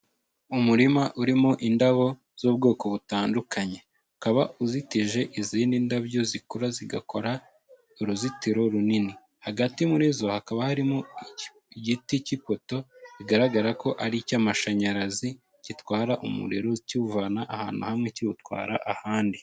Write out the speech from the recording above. Umurima urimo indabo z'ubwoko butandukanye ukaba uzitije izindi ndabyo zikura zigakora uruzitiro runini. Hagati muri zo hakaba harimo igiti cy'ipoto bigaragara ko ari icy'amashanyarazi, gitwara umuriro kiwuvana ahantu hamwe kiwutwara ahandi.